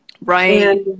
right